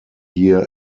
year